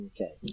Okay